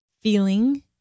feeling